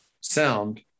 sound